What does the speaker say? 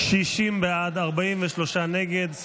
60 בעד, 43 נגד.